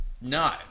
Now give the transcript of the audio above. No